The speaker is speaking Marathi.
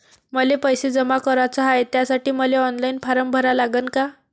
मले पैसे जमा कराच हाय, त्यासाठी मले ऑनलाईन फारम भरा लागन का?